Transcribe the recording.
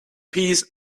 peas